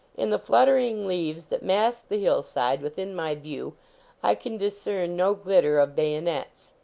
in the fluttering leaves that mask the hillside within my view i can discern no glitter of bayonets.